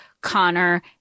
Connor